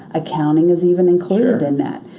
accounting is even included in that